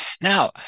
now